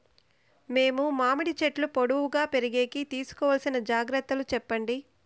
మేము మామిడి చెట్లు పొడువుగా పెరిగేకి తీసుకోవాల్సిన జాగ్రత్త లు చెప్పండి?